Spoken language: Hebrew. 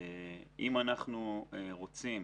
אם אנחנו רוצים